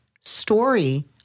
story